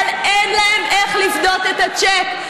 אבל אין להם איך לפדות את הצ'ק.